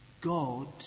God